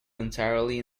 entirely